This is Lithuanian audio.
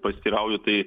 pasiteirauju tai